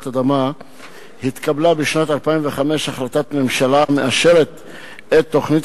אדמה התקבלה בשנת 2005 החלטת ממשלה המאשרת את תוכנית